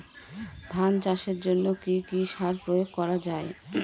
ধান চাষের জন্য কি কি সার প্রয়োগ করা য়ায়?